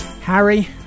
Harry